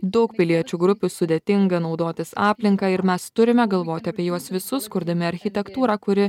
daug piliečių grupių sudėtinga naudotis aplinka ir mes turime galvoti apie juos visus kurdami architektūrą kuri